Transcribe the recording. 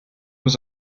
was